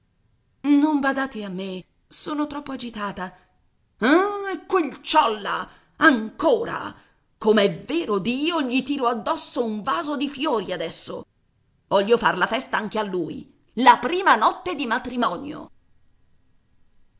non badate a me sono troppo agitata ah quel ciolla ancora com'è vero dio gli tiro addosso un vaso di fiori adesso voglio far la festa anche a lui la prima notte di matrimonio